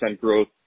growth